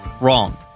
Wrong